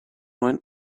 went